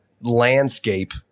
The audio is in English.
landscape